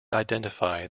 identify